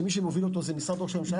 בהובלת משרד ראש הממשלה,